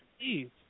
please